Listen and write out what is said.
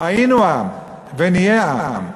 היינו עם ונהיה עם.